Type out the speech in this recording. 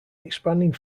expanding